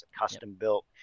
custom-built